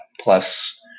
plus